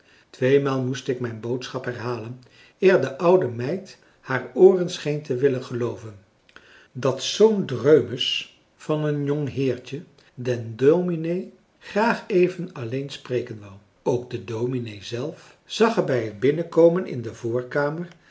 tweemaal moest ik mijn boodschap herhalen eer de oude meid haar ooren scheen te willen gelooven françois haverschmidt familie en kennissen dat zoo'n dreumes van een jongheertje den dominee graag even alleen spreken wou ook de dominee zelf zag er bij het binnenkomen in de voorkamer